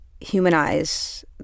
humanize